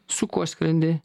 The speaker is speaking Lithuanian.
su kuo skrendi